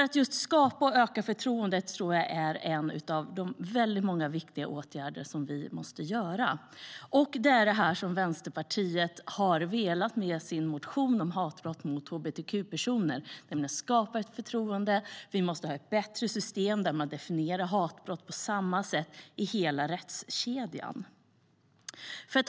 Att just skapa förtroende och öka förtroendet tror jag är en av de många viktiga åtgärder som krävs. Det är detta som Vänsterpartiet har velat med sin motion om hatbrott mot hbtq-personer, nämligen skapa ett förtroende. Vi måste ha ett bättre system där man definierar hatbrott på samma sätt i hela rättskedjan.